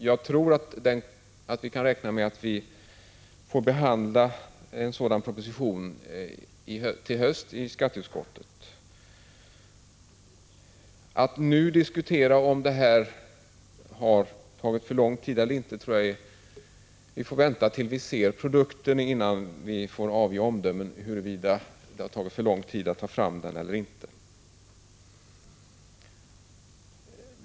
Jag tror att vi kan räkna med att få behandla en sådan proposition till hösten i skatteutskottet. Att nu diskutera om det har tagit för lång tid tror jag är för tidigt. Vi får vänta tills vi ser produkten innan vi avger omdömen om huruvida det har tagit för lång tid att ta fram den eller inte.